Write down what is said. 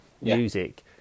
music